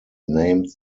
named